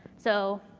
so,